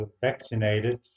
vaccinated